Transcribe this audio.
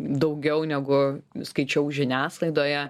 daugiau negu skaičiau žiniasklaidoje